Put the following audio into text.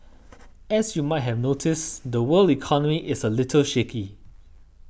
as you might have noticed the world economy is a little shaky